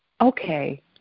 okay